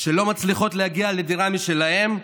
שלא מצליחות להגיע לדירה משלהן,